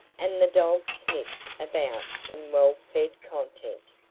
and the dogs sniffed about in well-fed content.